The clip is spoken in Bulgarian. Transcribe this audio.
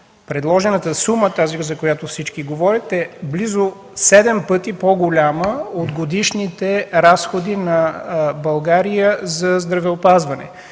Предложената сума – тази, за която всички говорят, е близо седем пъти по-голяма от годишните разходи на България за здравеопазване.